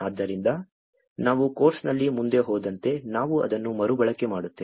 ಆದ್ದರಿಂದ ನಾವು ಕೋರ್ಸ್ನಲ್ಲಿ ಮುಂದೆ ಹೋದಂತೆ ನಾವು ಅದನ್ನು ಮರುಬಳಕೆ ಮಾಡುತ್ತೇವೆ